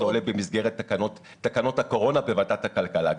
זה עולה במסגרת תקנות הקורונה בוועדת הכלכלה.